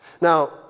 Now